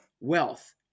wealth